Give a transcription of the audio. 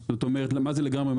לגמרי.